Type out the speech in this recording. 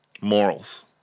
Morals